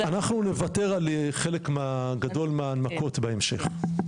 אנחנו נוותר על חלק גדול מההנמקות בהמשך.